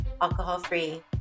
alcohol-free